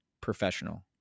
professional